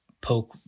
poke